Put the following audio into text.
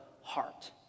heart